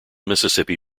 mississippi